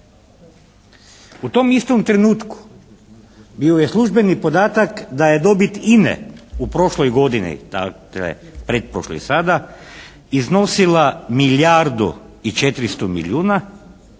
U tom isto trenutku bio je službeni podatak da je dobit INA-e u prošloj godini, pretprošloj sada iznosila milijardu i 400 milijuna